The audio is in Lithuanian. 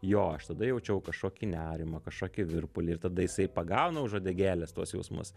jo aš tada jaučiau kažkokį nerimą kažkokį virpulį ir tada jisai pagauna už uodegėlės tuos jausmus